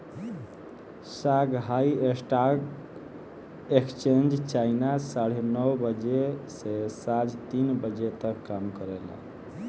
Shanghai stock exchange China साढ़े नौ बजे से सांझ तीन बजे तक काम करेला